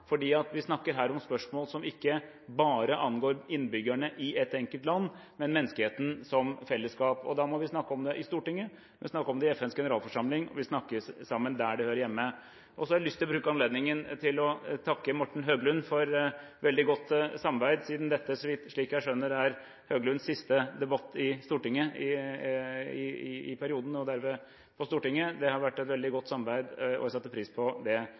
vi snakker her om spørsmål som ikke bare angår innbyggerne i ett enkelt land, men menneskeheten som fellesskap. Da må vi snakke om det i Stortinget, vi må snakke om det i FNs generalforsamling, og vi må snakke sammen om det der det hører hjemme. Så har jeg lyst til å bruke anledningen til å takke Morten Høglund for veldig godt samarbeid, siden dette, slik jeg skjønner, er Høglunds siste debatt i Stortinget i perioden og derved på Stortinget. Det har vært et veldig godt samarbeid, og jeg setter pris på det